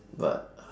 but